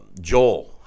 Joel